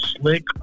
slick